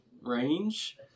range